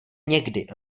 někdy